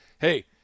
Hey